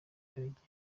karegeya